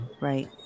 Right